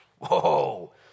Whoa